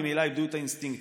ממילא איבדו את האינסטינקטים.